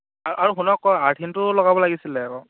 আৰু শুনক আকৌ আৰ্থিঙটো লগাব লাগিছিলে আকৌ